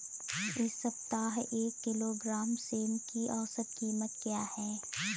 इस सप्ताह एक किलोग्राम सेम की औसत कीमत क्या है?